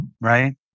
Right